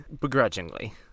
begrudgingly